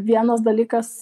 vienas dalykas